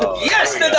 yes!